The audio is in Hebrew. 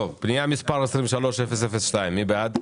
טוב, פנייה מספר 23-002, מי בעד?